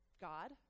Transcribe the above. God